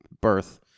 birth